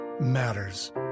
matters